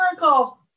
miracle